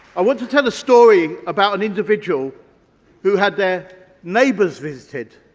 i want to tell a story about an individual who had their neighbour's visit,